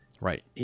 Right